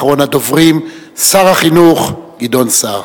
אחרון הדוברים, שר החינוך גדעון סער.